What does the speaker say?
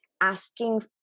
asking